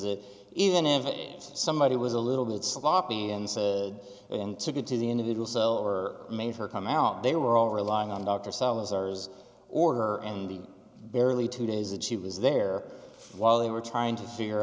it even if somebody was a little bit sloppy and said and to get to the individual cell or made her come out they were all relying on dr salazar's or her and the barely two days that she was there while they were trying to figure